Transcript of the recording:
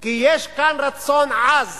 כי יש כאן רצון עז